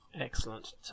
Excellent